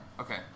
Okay